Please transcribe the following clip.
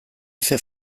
efe